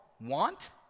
want